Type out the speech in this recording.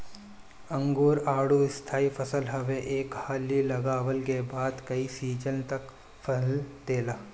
अंगूर, आडू स्थाई फसल हवे एक हाली लगवला के बाद कई सीजन तक फल देला